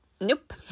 Nope